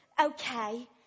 okay